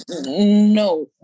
No